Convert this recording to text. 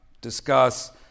discuss